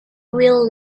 will